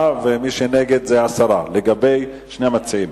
מליאה, ומי שנגד זה הסרה, לגבי שני המציעים.